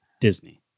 Disney